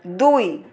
দুই